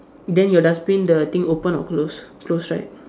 then your dustbin the thing open or close close right